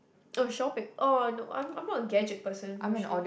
oh shopping oh I know I'm I'm not a gadget person usually